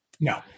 no